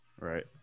Right